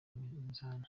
iminzani